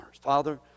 Father